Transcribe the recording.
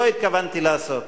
שלא התכוונתי לעשות.